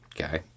Okay